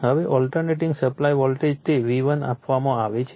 હવે alternating supply voltage તે V1 આપવામાં આવે છે